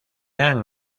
han